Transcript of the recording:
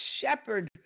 shepherd